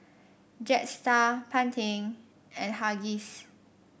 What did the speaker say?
Jetstar Pantene and Huggies